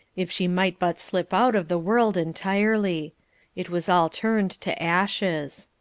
if she might but slip out of the world entirely it was all turned to ashes.